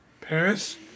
Paris